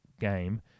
game